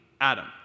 Adam